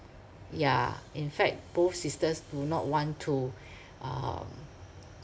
yeah in fact both sisters do not want to um